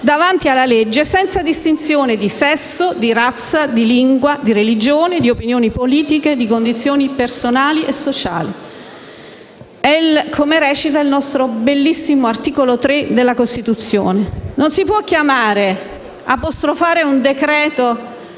davanti alla legge, senza distinzione di sesso, di razza, di lingua, di religione, di opinioni politiche, di condizioni personali e sociali, come recita il nostro bellissimo articolo 3 della Costituzione. Non si può apostrofare - come